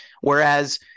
whereas